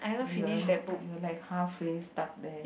you're you're like halfway stuck there